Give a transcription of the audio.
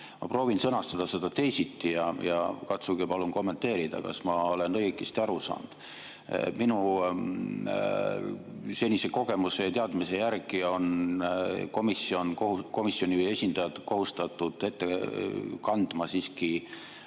Ma proovin sõnastada seda teisiti ja katsuge palun kommenteerida, kas ma olen õigesti aru saanud. Minu senise kogemuse ja teadmise järgi on komisjoni esindajad kohustatud siiski